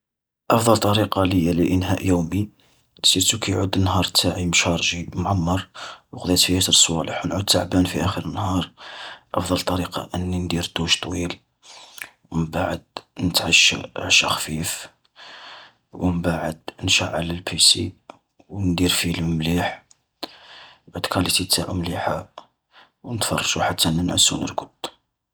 أفضل طريقة ل-لإنهاء يومي، سيرتو كي يعود النهار تاعي مشارجي معمر، وقضيت فيه ياسر الصوالح ونعود تعبان في آخر نهار. أفضل طريقة أني ندير دوش طويل، ومنبعد نتعشا عشا خفيف، ومبعد نشعل البيسي، وندير فيلم مليح، عود كاليتي تاعو مليحة، ونتفرجو حتان ننعس و نرقد.